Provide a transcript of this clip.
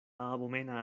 abomena